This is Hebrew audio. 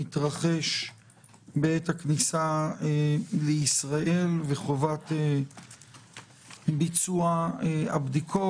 במתרחש בעת הכניסה לישראל וחובת ביצוע הבדיקות.